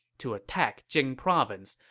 to attack jing province,